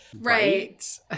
Right